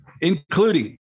including